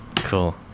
cool